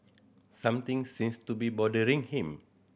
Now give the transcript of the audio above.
something seems to be bothering him